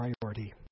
priority